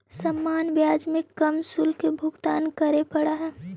सामान्य ब्याज में कम शुल्क के भुगतान करे पड़ऽ हई